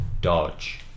Dodge